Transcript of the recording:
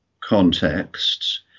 contexts